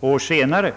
år senare?